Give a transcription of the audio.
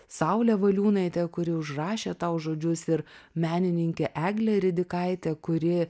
saulė valiūnaitė kuri užrašė tau žodžius ir menininkė eglė ridikaitė kuri